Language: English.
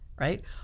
right